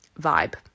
vibe